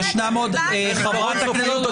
חברים.